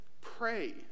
pray